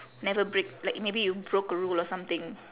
never break like maybe you broke a rule or something